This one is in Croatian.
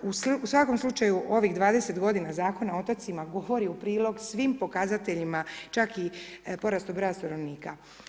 U svakom slučaju, ovih 20 godina Zakona o otocima, govori u prilog svim pokazateljima, čak i porastu broja stanovnika.